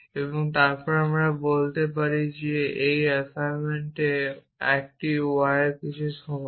এবং তারপর আমরা বলতে পারি যে এই অ্যাসাইনমেন্টে একটি y কিছুর সমান